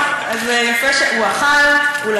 אכל, אכל.